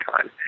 time